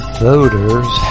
voters